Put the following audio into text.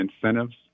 incentives